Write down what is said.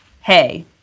hey